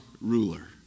ruler